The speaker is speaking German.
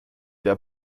der